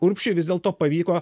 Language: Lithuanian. urbšiui vis dėlto pavyko